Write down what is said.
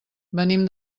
venim